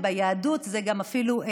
וביהדות זה אפילו,